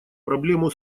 проблему